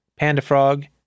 PandaFrog